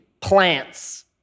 plants